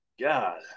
God